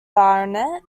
barnet